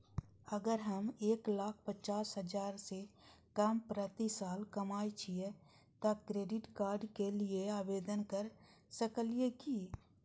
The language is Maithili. अगर हम एक लाख पचास हजार से कम प्रति साल कमाय छियै त क्रेडिट कार्ड के लिये आवेदन कर सकलियै की?